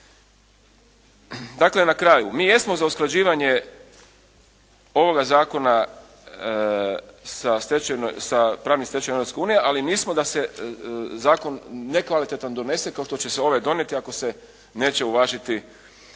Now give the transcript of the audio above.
Dakle na kraju mi jesmo za usklađivanje ovoga zakona sa pravnom stečevinom Europske unije ali nismo da se zakon nekvalitetan donese kao što će se ovaj donijeti ako se neće uvažiti